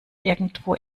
irgendwo